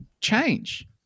change